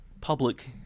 public